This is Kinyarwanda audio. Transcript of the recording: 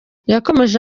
yakomeje